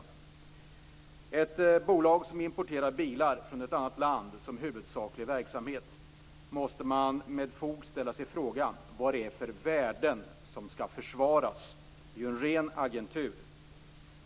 När ett bolag importerar bilar från ett annat land som huvudsaklig verksamhet måste man med fog ställa sig frågan vad det är för värden som skall försvaras. Det är ju en ren agentur.